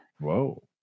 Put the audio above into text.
Whoa